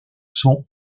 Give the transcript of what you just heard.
sont